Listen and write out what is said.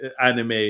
anime